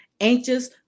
anxious